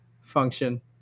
function